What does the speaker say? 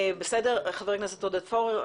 חבר הכנסת עודד פורר.